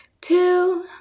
Two